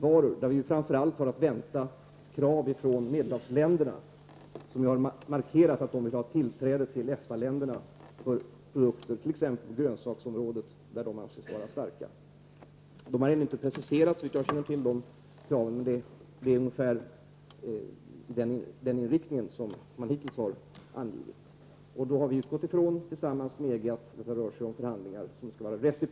Vi har framför allt att vänta krav från Medelhavsländerna, vilka har markerat att de vill ha tillträde till EFTA-länderna för sina produkter på exempelvis grönsaksområdet, där de anser sig vara starka. Dessa krav har hittills inte preciserats, såvitt jag känner till, men det är ungefär den inriktningen som man hittills har angivit. Regeringen har, liksom företrädare för EG, utgått från att detta är förhandlingar som skall vara reciproka.